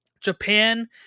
Japan